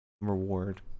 reward